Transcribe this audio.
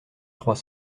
trois